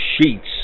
sheets